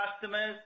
customers